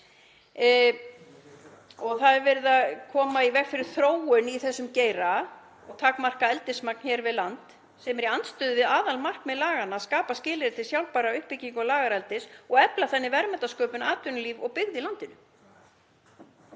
girða fyrir það og koma í veg fyrir þróun í þessum geira og takmarka eldismagn hér við land sem er í andstöðu við aðalmarkmið laganna; að skapa skilyrði til sjálfbærrar uppbyggingar lagareldis og efla þannig verðmætasköpun, atvinnulíf og byggð í landinu.